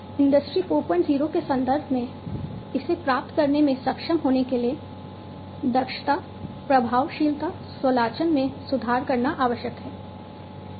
industry 40 के संदर्भ में इसे प्राप्त करने में सक्षम होने के लिए दक्षता प्रभावशीलता स्वचालन में सुधार करना आवश्यक है